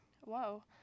whoa